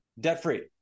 debt-free